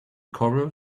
coral